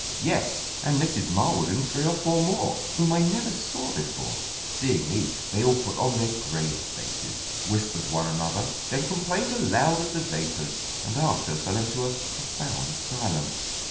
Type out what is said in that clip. yes, and mrs. marwood and three or four more, whom i never saw before seeing me, they all put on their grave faces, whispered one another, then complained aloud of the vapours, and after fell into a profound silence.